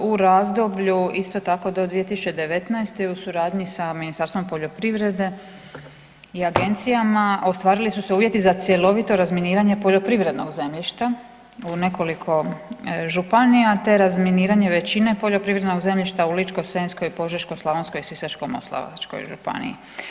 U razdoblju isto tako do 2019.u suradnji sa Ministarstvom poljoprivrede i agencijama ostvarili su se uvjeti za cjelovito razminiranje poljoprivrednog zemljišta u nekoliko županija te razminiranje većine poljoprivrednog zemljišta u Ličko-senjskoj, Požeško-slavonskoj i Sisačko-moslavačkoj županiji.